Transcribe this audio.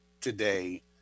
today